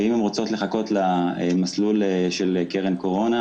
ואם הן רוצות לחכות למסלול החדש של קרן קורונה